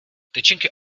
tyčinky